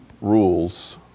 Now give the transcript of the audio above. rules